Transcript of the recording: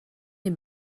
est